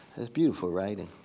that's beautiful writing.